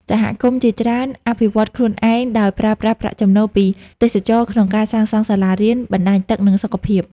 សហគមន៍ជាច្រើនអភិវឌ្ឍខ្លួនឯងដោយប្រើប្រាស់ប្រាក់ចំណូលពីទេសចរណ៍ក្នុងការសាងសង់សាលារៀន បណ្តាញទឹក និងសុខភាព។